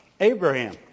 Abraham